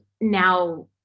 now